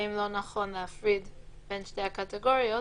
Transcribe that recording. האם לא נכון להפריד בין שתי הקטגוריות